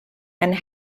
and